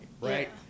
right